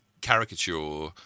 caricature